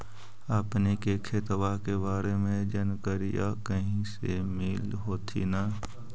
अपने के खेतबा के बारे मे जनकरीया कही से मिल होथिं न?